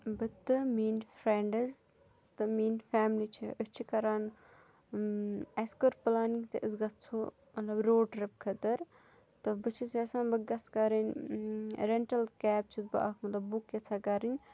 بہٕ تہٕ میٛٲنۍ فرٛٮ۪نٛڈٕز تہٕ میٛٲنۍ فیملی چھِ أسۍ چھِ کَران اَسہِ کٔر پٕلانِنٛگ تہٕ أسۍ گژھو مطلب روڈ ٹِرٛپ خٲطرٕ تہٕ بہٕ چھَس یَژھان بہٕ گَژھٕ کَرٕنۍ رٮ۪نٹَل کیب چھَس بہٕ اَکھ مطلب بُک یَژھان کَرٕنۍ